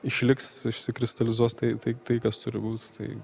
išliks išsikristalizuos tai tai tai kas turi būt tai